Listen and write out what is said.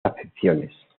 acepciones